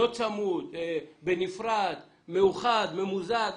לא צמוד, בנפרד, מאוחד, ממוזג?